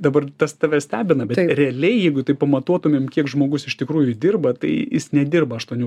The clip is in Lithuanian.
dabar tas tave stebina bet realiai jeigu taip pamatuotumėm kiek žmogus iš tikrųjų dirba tai jis nedirba aštuonių